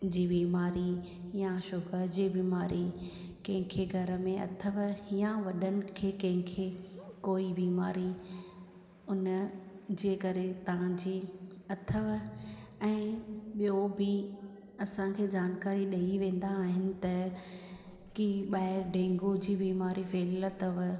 जी बीमारी या शुगर जी बीमारी कंहिंखे घर में अथव या वॾनि खे कंहिंखे कोई बीमारी उनजे करे तव्हांजी अथव ऐं ॿियो बि असांखे जानकारी ॾई वेंदा आहिनि त की ॿाहिरि डेंगूअ जी बीमारी फैलियल अथव